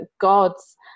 God's